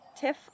Tiff